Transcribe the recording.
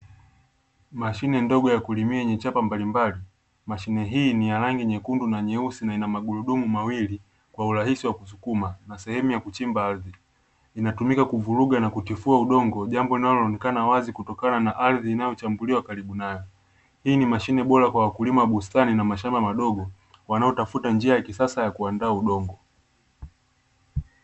Mashine ndogo ya kulimia yenye chapa mbalimbali, mashine hii ni ya rangi nyekundu na nyeusi na ina magurudumu mawili kwa urahisi wa kusukuma na sehemu ya kuchimba ardhi, inatumika kuvuruga na kutifua udongo jambo linaloonekana wazi kutokana na ardhi inayochambuliwa karibu nayo. Hii ni mashine bora kwa wakulima bustani na mashamba madogo wanaotafuta njia ya kisasa ya kuandaa udongo.